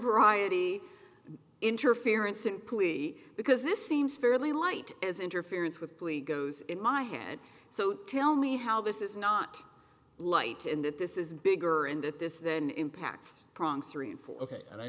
variety interference simply because this seems fairly light as interference with glee goes in my hand so tell me how this is not light and that this is bigger and that this then impacts prong serene for ok and i